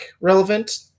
Relevant